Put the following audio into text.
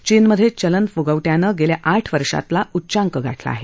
चीनमधे चलन फुगवट्यानं गेल्या आठ वर्षातला उच्चांक गाठला आहे